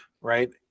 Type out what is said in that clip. right